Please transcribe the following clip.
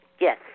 Yes